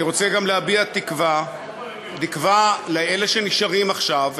אני רוצה גם להביע תקווה לאלה שנשארים עכשיו,